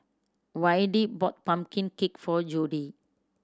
Wayde bought pumpkin cake for Jodie